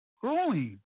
Growing